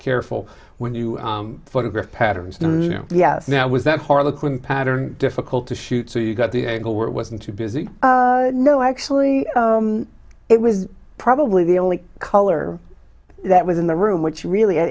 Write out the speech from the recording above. careful when you photograph patterns and yes now was that harlequin pattern difficult to shoot so you got the angle where it wasn't too busy no actually it was probably the only color that was in the room which really i